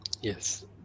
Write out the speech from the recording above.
Yes